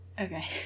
okay